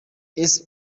ice